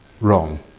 wrong